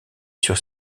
sur